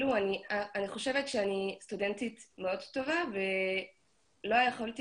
אני חושבת שאני סטודנטית מאוד טובה ולא יכולתי